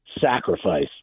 sacrifice